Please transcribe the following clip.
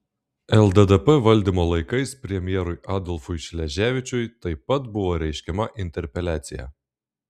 lddp valdymo laikais premjerui adolfui šleževičiui taip pat buvo reiškiama interpeliacija